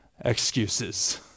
excuses